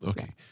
Okay